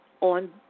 On